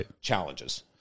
challenges